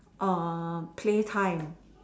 uh play time